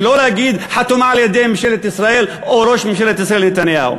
שלא להגיד חתומה על-ידי ממשלת ישראל או ראש ממשלת ישראל נתניהו.